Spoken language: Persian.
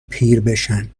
پیربشن